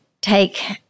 take